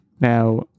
now